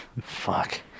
fuck